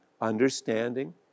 understanding